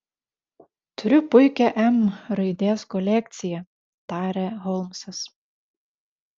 turiu puikią m raidės kolekciją tarė holmsas